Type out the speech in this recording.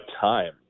time